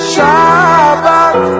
Shabbat